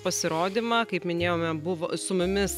pasirodymą kaip minėjome buvo su mumis